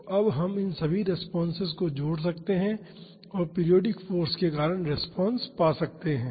तो अब हम इन सभी रेस्पॉन्सेस को जोड़ सकते हैं और पीरियाडिक फाॅर्स के कारण रिस्पांस पा सकते हैं